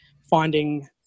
finding